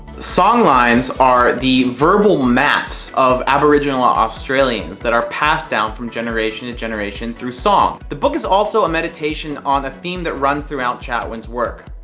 songlines are the verbal maps of aborigine australians that are passed down from generation to generation through songs the book is also a meditation on a theme that runs throughout chatwin's work.